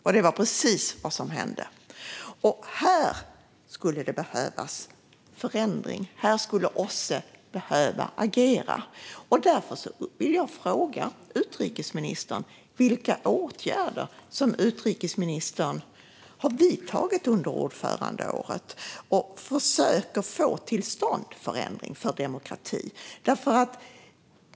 Och det var precis vad som hände. Här skulle det behövas förändring. Här skulle OSSE behöva agera. Därför vill jag fråga utrikesministern vilka åtgärder hon har vidtagit under ordförandeåret. Försöker hon få till stånd en förändring för demokrati?